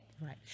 Right